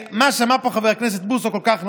מה שאמר פה חבר הכנסת בוסו כל כך נכון,